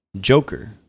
Joker